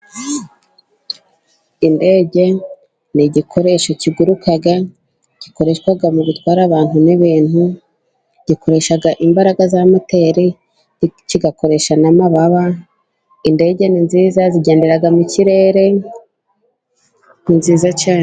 Indege ni igikoresho kiguruka gikoreshwa mu gutwara abantu n'ibintu, gikoresha imbaraga za moteri kigakoresha n'amababa indege ni nziza zigendera mu kirere ni nziza cyane.